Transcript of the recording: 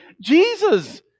Jesus